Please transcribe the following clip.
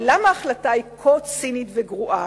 ולמה ההחלטה היא כה צינית וגרועה?